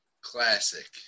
classic